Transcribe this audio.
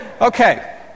Okay